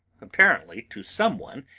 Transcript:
apparently to some one,